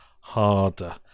harder